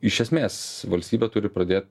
iš esmės valstybė turi pradėt